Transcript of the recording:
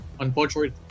Unfortunately